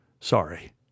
Sorry